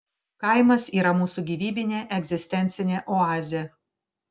kaimas yra mūsų gyvybinė egzistencinė oazė